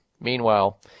Meanwhile